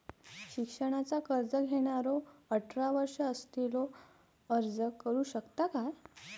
शिक्षणाचा कर्ज घेणारो अठरा वर्ष असलेलो अर्ज करू शकता काय?